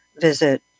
visit